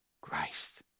christ